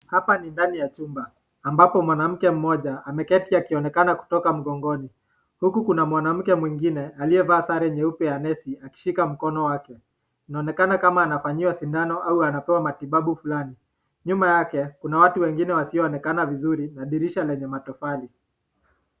Hapa ni ndani chumba ambapo mwanamke moja ameketi mgononi ya kuna mwanamke mwingine aliyevaa sare nyeupe, akishika mkono wake anaonekana kama anafanyiwa sindano au anatoa matibabu fulani nyuma yake kuna watu wasio onekani vizuri na dirisha yenye metofali.